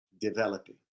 developing